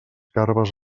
garbes